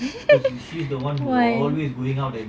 why